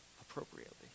appropriately